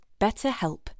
BetterHelp